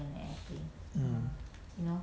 mm